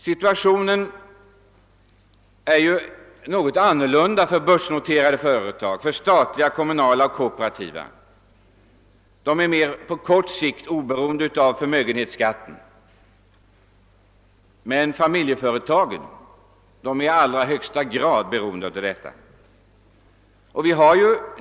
Situationen är något annorlunda för börsnoterade företag och för statliga, kommunala och kooperativa företag. Dessa är på kort sikt mer oberoende av förmögenhetsskatten. Men familjeföretagen berörs i allra högsta grad av en höjning av förmögenhetsskatten.